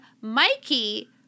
Mikey